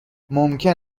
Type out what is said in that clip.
ممکن